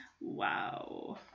Wow